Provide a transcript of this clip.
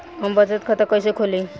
हम बचत खाता कइसे खोलीं?